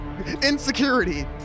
Insecurity